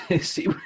See